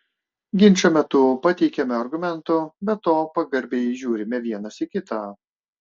ginčo metu pateikiame argumentų be to pagarbiai žiūrime vienas į kitą